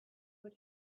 what